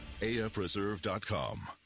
AFreserve.com